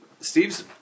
Steve's